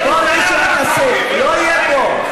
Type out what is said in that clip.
כל מי שמתעסק בטרור ומסית בטרור לא יהיה פה.